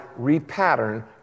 repattern